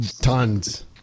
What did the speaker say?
tons